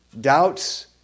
doubts